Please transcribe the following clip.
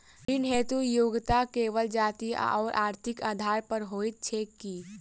ऋण हेतु योग्यता केवल जाति आओर आर्थिक आधार पर होइत छैक की?